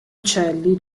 uccelli